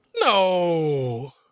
No